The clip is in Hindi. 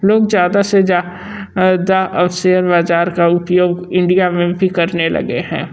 लोग ज़्यादा से ज़्यादा और शेयर बाज़ार का उपयोग इंडिया में भी करने लगे हैं